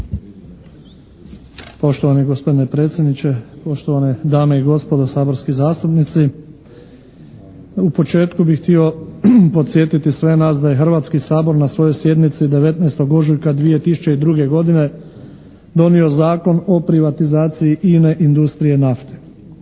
Poštovani gospodine predsjedniče, poštovane dame i gospodo saborski zastupnici. U početku bih htio podsjetiti sve nas da je Hrvatski sabor na svojoj sjednici 19. ožujka 2002. godine donio Zakon o privatizaciji INA-e – Industrije nafte.